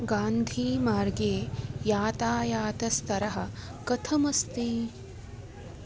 गान्धीमार्गे यातायातस्तरः कथम् अस्ति